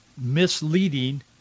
misleading